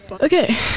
Okay